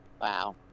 Wow